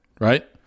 right